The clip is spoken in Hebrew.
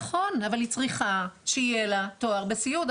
נכון, אבל היא צריכה שיהיה לה תואר בסיעוד.